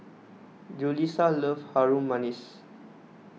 Julisa loves Harum Manis